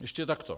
Ještě takto.